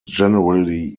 generally